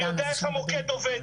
אני יודע איך המוקד עובד,